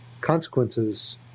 consequences